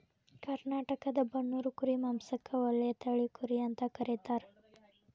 ಕರ್ನಾಟಕದ ಬನ್ನೂರು ಕುರಿ ಮಾಂಸಕ್ಕ ಒಳ್ಳೆ ತಳಿ ಕುರಿ ಅಂತ ಕರೇತಾರ